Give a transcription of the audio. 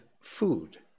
food